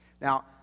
Now